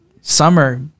summer